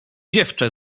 dziewczę